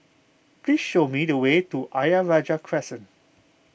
please show me the way to Ayer Rajah Crescent